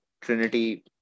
Trinity